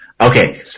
Okay